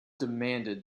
demanded